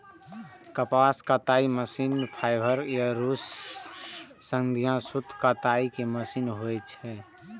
कपास कताइ machine fibre या रुइ सं सूत कताइ के मशीन होइ छै